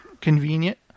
Convenient